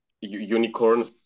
unicorn